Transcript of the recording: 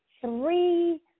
Three